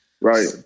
right